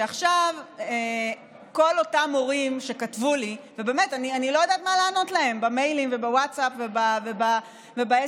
שעכשיו כל אותם הורים שכתבו לי במיילים ובווטסאפ ובסמ"סים,